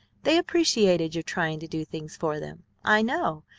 they appreciated your trying to do things for them, i know,